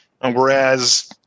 Whereas